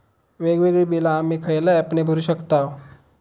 वेगवेगळी बिला आम्ही खयल्या ऍपने भरू शकताव?